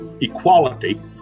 equality